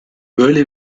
böyle